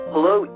Hello